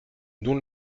nous